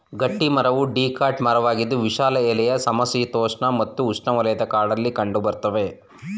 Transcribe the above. ಗಟ್ಟಿಮರವು ಡಿಕಾಟ್ ಮರವಾಗಿದ್ದು ವಿಶಾಲ ಎಲೆಗಳ ಸಮಶೀತೋಷ್ಣ ಮತ್ತು ಉಷ್ಣವಲಯದ ಕಾಡಲ್ಲಿ ಕಂಡುಬರ್ತವೆ